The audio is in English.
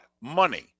Money